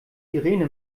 irene